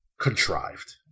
contrived